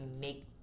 make